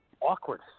awkward